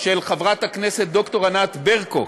של חברת הכנסת ד"ר ענת ברקו